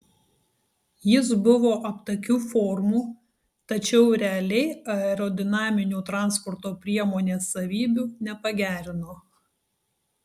jis buvo aptakių formų tačiau realiai aerodinaminių transporto priemonės savybių nepagerino